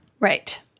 Right